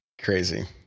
crazy